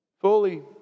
Fully